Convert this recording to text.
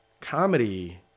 Comedy